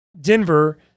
Denver